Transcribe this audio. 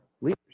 leaders